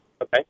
Okay